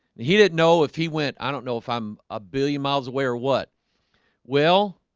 and he didn't know if he went i don't know if i'm a billion miles away or what well